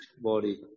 body